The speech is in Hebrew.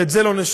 ואת זה לא נשנה,